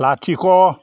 लाथिख'